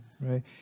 right